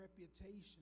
reputation